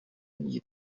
争议